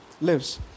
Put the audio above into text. lives